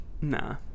Nah